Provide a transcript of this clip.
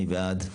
מי בעד?